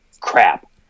crap